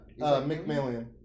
McMillian